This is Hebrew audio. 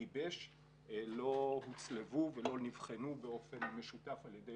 גיבש לא הוצלבו ולא נבחנו באופן משותף על ידי